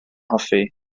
hoffi